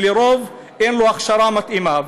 שלרוב אין לו הכשרה מתאימה.